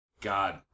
God